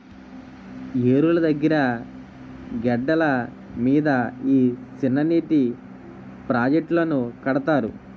ఏరుల దగ్గిర గెడ్డల మీద ఈ సిన్ననీటి ప్రాజెట్టులను కడతారు